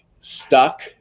stuck